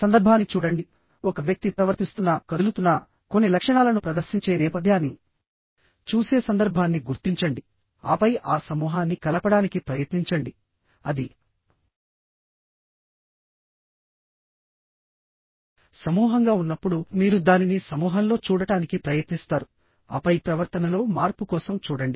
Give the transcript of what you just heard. సందర్భాన్ని చూడండి ఒక వ్యక్తి ప్రవర్తిస్తున్న కదులుతున్న కొన్ని లక్షణాలను ప్రదర్శించే నేపథ్యాన్ని చూసే సందర్భాన్ని గుర్తించండి ఆపై ఆ సమూహాన్ని కలపడానికి ప్రయత్నించండి అది సమూహంగా ఉన్నప్పుడు మీరు దానిని సమూహంలో చూడటానికి ప్రయత్నిస్తారు ఆపై ప్రవర్తనలో మార్పు కోసం చూడండి